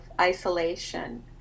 isolation